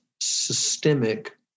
systemic